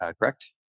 correct